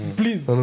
please